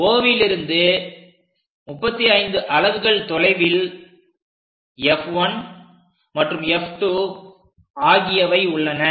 Oலிருந்து 35 அலகுகள் தொலைவில் F1 மற்றும் F2 ஆகியவை உள்ளன